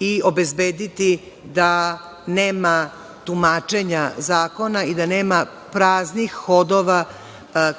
i obezbediti da nema tumačenja zakona i da nema praznih hodova